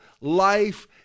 life